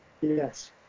Yes